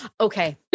okay